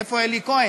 איפה אלי כהן?